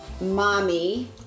mommy